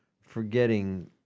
forgetting